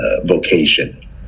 vocation